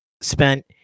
spent